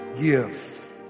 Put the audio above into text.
give